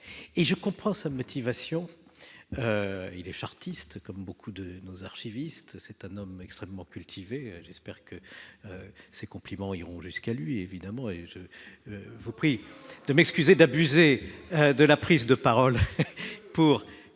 et je comprends sa motivation, il les chartistes, comme beaucoup de nos archiviste, c'est un homme extrêmement cultivé, j'espère que ces compliments iront jusqu'à lui, évidemment, et je vous prie. De m'excuser d'abuser de la prise de parole pour